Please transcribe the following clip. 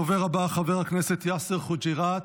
הדובר הבא, חבר הכנסת יאסר חוג'יראת,